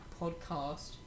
podcast